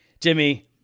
Jimmy